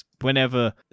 whenever